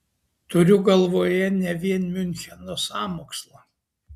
turiu galvoje ne vien miuncheno sąmokslą